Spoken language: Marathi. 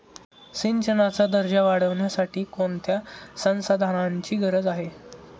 सिंचनाचा दर्जा वाढविण्यासाठी कोणत्या संसाधनांची गरज आहे?